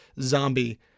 zombie